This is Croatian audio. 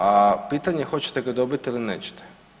A pitanje je hoćete ga dobiti ili nećete.